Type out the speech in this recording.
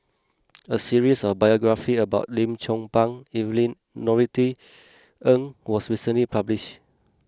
a series of biographies about Lim Chong Pang Evelyn Norothy Ng was recently published